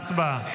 הצבעה.